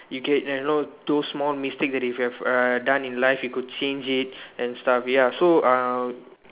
you can uh you know do small mistakes that you have done in your life you could change it and stuff ya so uh